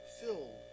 filled